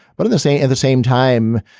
but at the same at the same time,